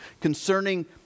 concerning